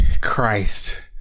christ